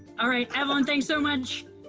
alright, evelyn, thanks so much.